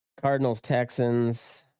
Cardinals-Texans